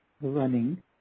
running